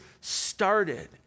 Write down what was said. started